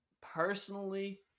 personally